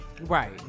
right